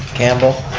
campbell,